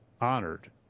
honored